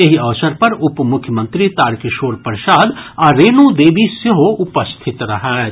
एहि अवसर पर उपमुख्यमंत्री तारकिशोर प्रसाद आ रेणु देवी सेहो उपस्थिति रहथि